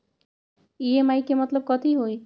EMI के मतलब कथी होई?